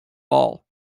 ball